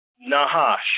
Nahash